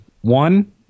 one